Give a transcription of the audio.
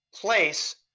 place